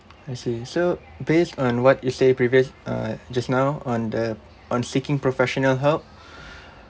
I see so based on what you say previous uh just now on the on seeking professional help